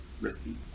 risky